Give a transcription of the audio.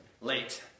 late